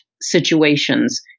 situations